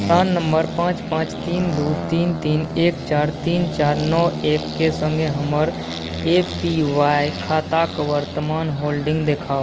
प्राण number पाँच पाँच तीन दू तीन तीन एक चारि तीन चारि नओ एकके सङ्गे हमर ए पी वाइ खाताके वर्तमान होल्डिंग देखाउ